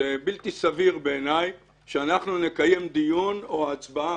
זה בלתי סביר בעיני שאנחנו נקיים דיון או הצבעה